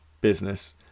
business